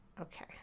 Okay